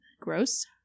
Gross